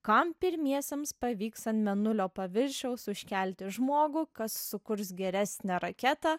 kam pirmiesiems pavyks ant mėnulio paviršiaus užkelti žmogų kas sukurs geresnę raketą